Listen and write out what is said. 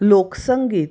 लोक संगीत